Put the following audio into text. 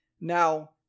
Now